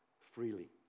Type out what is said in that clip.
freely